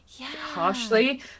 harshly